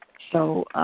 so